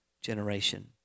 Generation